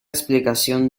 explicación